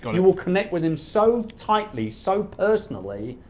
you will connect with him so tightly, so personally,